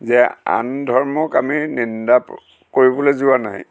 যে আন ধৰ্মক আমি নিন্দা কৰিবলৈ যোৱা নাই